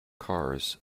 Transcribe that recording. cars